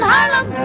Harlem